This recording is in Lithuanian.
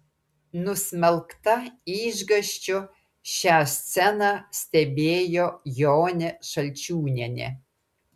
nusmelkta išgąsčio šią sceną stebėjo jonė šalčiūnienė